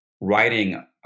writing